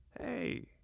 hey